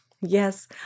Yes